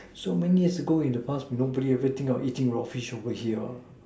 so many years ago in the past nobody think of eating raw fish over here